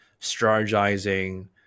strategizing